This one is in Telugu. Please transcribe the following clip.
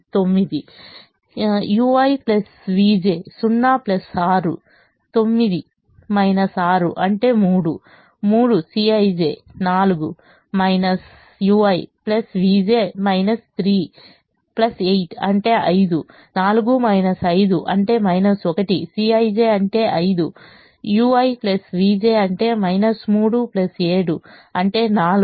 కాబట్టి Cij అనేది 9 ui vj 0 6 9 6 అంటే 3 3 Cij 4 ui vj 3 8 అంటే 5 4 5 అంటే 1 Cij అంటే 5ui vj అంటే 3 7 అంటే 4